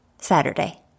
Saturday